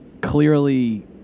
clearly